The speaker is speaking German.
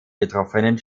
betroffenen